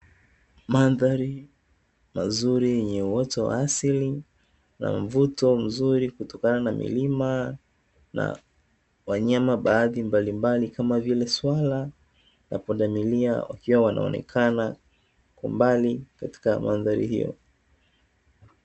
Mandhari mazuri yenye uoto wa asili na mvuto mzuri, kutokana na milima na wanyama baadhi mbalimbali, kama vile; swala na pundamilia, wakiwa wanaonekana kwa mbali katika mandhari hiyo.